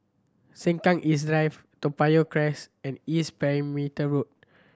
Sengkang East Drive Toa Payoh Crest and East Perimeter Road